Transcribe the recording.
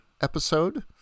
episode